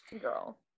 girl